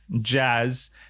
jazz